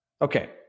Okay